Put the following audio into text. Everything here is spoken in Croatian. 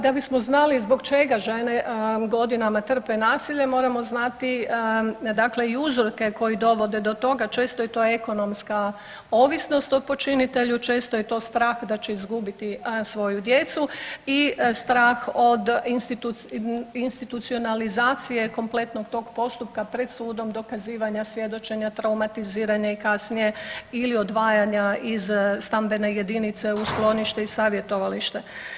da bismo znali zbog čega žene godinama trpe nasilje moramo znati dakle i uzroke koji dovode do toga, često je to ekonomska ovisnost o poničitelju, često je to strah da će izgubiti svoju djecu i strah od institucionalizacije kompletnog tog postupka pred sudom, dokazivanja, svjedočenja, traumatiziranja i kasnije ili odvajanja iz stambene jedinice u sklonište i savjetovalište.